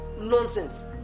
nonsense